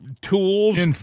tools